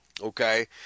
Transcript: okay